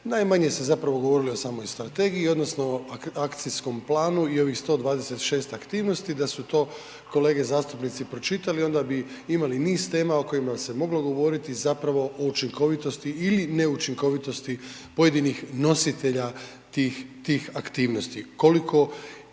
najmanje ste zapravo govorili o samoj strategiji i odnosno akcijskom planu i ovih 126 aktivnosti da su to kolege zastupnici pročitali i onda bi imali niz tema o kojima se moglo govoriti zapravo o učinkovitosti ili neučinkovitost pojedinih nositelja tih aktivnosti